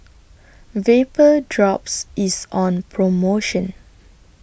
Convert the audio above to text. Vapodrops IS on promotion